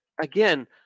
again